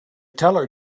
teller